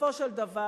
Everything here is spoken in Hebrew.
בסופו של דבר